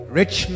rich